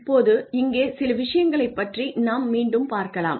இப்போது இங்கே சில விஷயங்களைப் பற்றி நாம் மீண்டும் பார்க்கலாம்